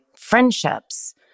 friendships